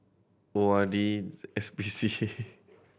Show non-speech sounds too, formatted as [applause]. O R D S P C A [noise]